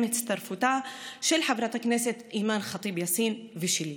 עם הצטרפותה של חברת הכנסת אימאן ח'טיב יאסין ושלי.